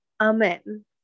Amen